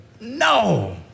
no